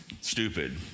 Stupid